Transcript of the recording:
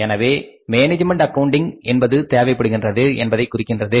எனவே இது management accounting என்பது தேவைப்படுகின்றது என்பதைக் குறிக்கின்றது